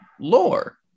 lore